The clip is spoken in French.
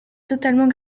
totalement